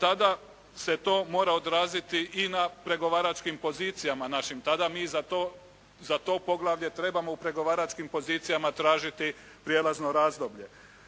tada se to mora odraziti i na pregovaračkim pozicijama našim. Tada mi za to poglavlje trebamo u pregovaračkim pozicijama tražiti prijelazno razdoblje.